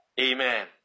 Amen